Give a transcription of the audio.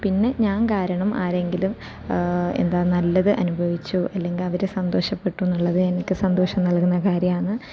പിന്നെ ഞാൻ കാരണം ആരെങ്കിലും എന്താ നല്ലത് അനുഭവിച്ചു അല്ലെങ്കിൽ അവർ സന്തോഷപ്പെട്ടു എന്നുള്ളത് എനിക്ക് സന്തോഷം നല്കുന്ന കാര്യമാണ്